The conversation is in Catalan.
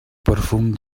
perfum